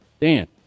Dan